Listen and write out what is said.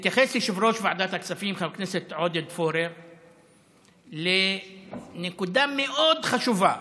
התייחס יושב-ראש ועדת הכספים חבר הכנסת עודד פורר לנקודה מאוד חשובה